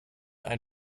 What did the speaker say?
ein